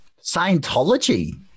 Scientology